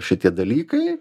šitie dalykai